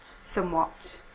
somewhat